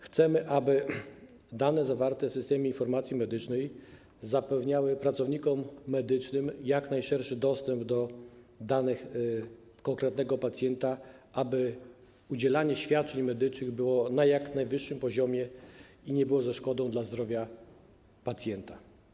Chcemy, aby dane zawarte w Systemie Informacji Medycznej zapewniały pracownikom medycznym jak najszerszy dostęp do danych konkretnego pacjenta, tak aby udzielanie świadczeń medycznych odbywało się na jak najwyższym poziomie i bez szkody dla zdrowia pacjenta.